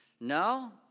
No